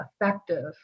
effective